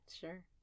Sure